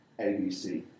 ABC